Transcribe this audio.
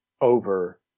over